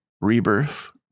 Rebirth